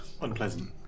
unpleasant